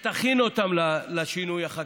שתכין אותם לשינוי החקיקה.